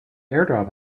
airdrop